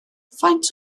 faint